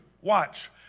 Watch